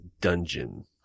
dungeon